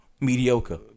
mediocre